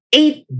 eight